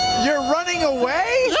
you're running away?